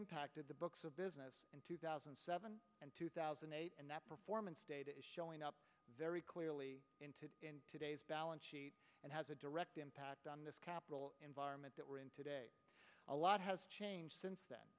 impacted the books of business in two thousand and seven and two thousand and eight and that performance data is showing up very clearly into today's balance sheet and has a direct impact on this capital environment that we're in today a lot has changed since